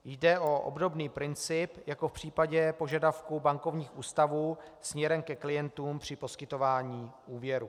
Jde o obdobný princip jako v případě požadavků bankovních ústavů směrem ke klientům při poskytování úvěrů.